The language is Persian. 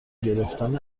گرفتن